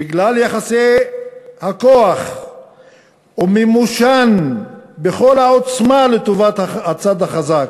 בגלל יחסי הכוח ומימושם בכל העוצמה לטובת הצד החזק,